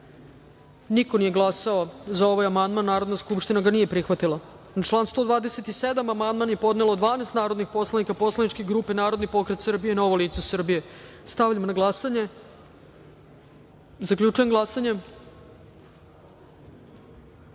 niko nije glasao za amandman. Narodna skupština ga nije prihvatila. Na član 106. amandman je podnelo 12 narodnih poslanika poslaničke grupe Narodni pokret Srbije- Novo lice Srbije. Stavljam na glasanje. Zaključujem glasanje: